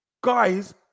guys